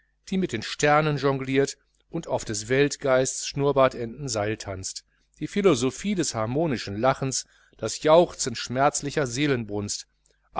die mit den sternen jongliert und auf des weltgeists schuurrbartenden seil tanzt die philosophie des harmonischen lachens das jauchzen schmerzlicher